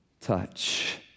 touch